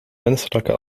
menselijke